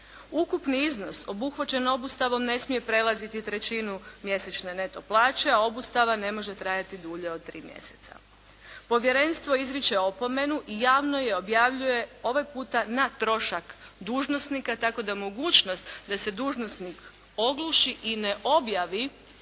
Ukupni iznos obuhvaćen obustavom ne smije prelaziti trećinu mjesečne neto plaće, a obustava ne može trajati dulje od tri mjeseca. Povjerenstvo izriče opomenu i javno je objavljuje, ovaj puta na trošak dužnosnika, tako da mogućnost da se dužnosnik ogluši i ne objavi